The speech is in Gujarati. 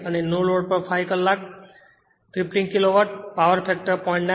8 અને નો લોડ પર 5 કલાક 15 કિલોવોટ પાવર ફેક્ટર 0